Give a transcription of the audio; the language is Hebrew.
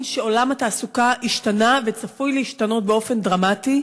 שעולם התעסוקה השתנה וצפוי להשתנות באופן דרמטי,